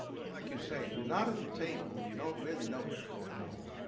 well, like you say, if you're not at the table and you don't really know what's going on,